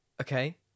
Okay